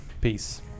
peace